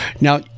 Now